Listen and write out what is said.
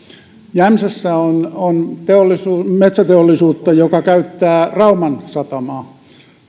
jämsässä on on metsäteollisuutta joka käyttää rauman satamaa